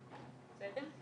לכולם.